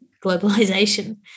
globalization